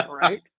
Right